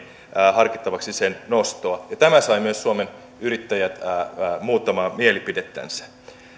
harkittavaksi sen nostoa ja tämä sai myös suomen yrittäjät muuttamaan mielipidettänsä